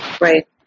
right